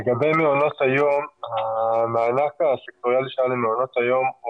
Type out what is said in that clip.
לגבי מעונות היום המענק הסקטוריאלי שהיה למעונות היום הוא